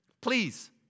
Please